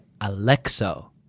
alexo